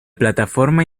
plataforma